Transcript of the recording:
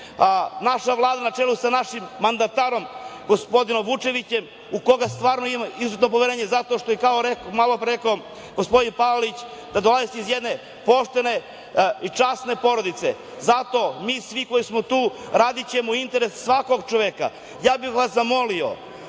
naša Vlada na čelu sa našim mandatarom gospodinom Vučevićem, u koga stvarno imam izuzetno poverenje, zato što kao što je malopre rekao gospodin Palalić, da dolazite iz jedne poštene i časne porodice. Zato mi svi koji smo tu radićemo u interesu svakog čoveka. Ja bih vas zamolio